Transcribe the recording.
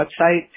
website